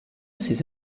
ces